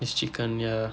chicken ya